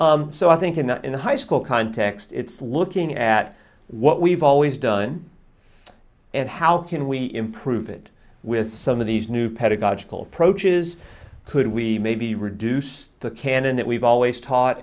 so i think in that in the high school context it's looking at what we've always done and how can we improve it with some of these new pedagogical approaches could we maybe reduce the canon that we've always taught